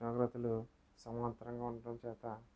ఉష్ణోగ్రతలు సమాంతరంగా ఉండటం చేత